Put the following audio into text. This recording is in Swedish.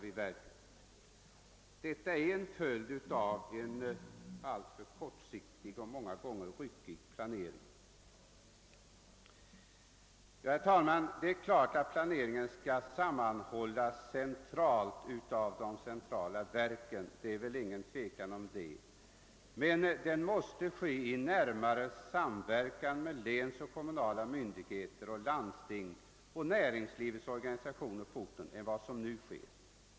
Sådant är en följd av alltför kortsiktig och inte sällan ryckig planering. Naturligtvis skall planeringen sammanhållas av de centrala verken — på den punkten behöver vi inte tveka — men den måste utformas i närmare samverkan med länsoch kommunmyndigheter, med landsting och med näringslivets organisationer på orten än vad som nu är fallet.